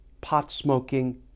pot-smoking